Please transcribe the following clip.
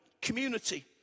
community